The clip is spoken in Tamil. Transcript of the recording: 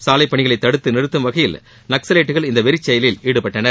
சாலைப்பணிகளை தடுத்து நிறுத்தும் வகையில் நக்ஸவைட்டுகள் இந்த வெறிச்செயலில் ஈடுபட்டனர்